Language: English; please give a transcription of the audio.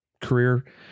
career